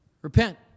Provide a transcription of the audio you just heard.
Repent